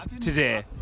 today